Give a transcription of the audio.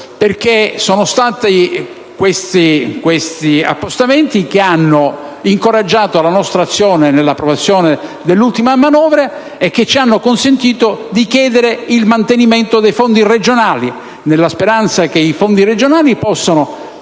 sono stati questi appostamenti che hanno incoraggiato la nostra azione nell'approvazione dell'ultima manovra e che ci hanno consentito di chiedere il mantenimento dei fondi regionali, nella speranza che essi possano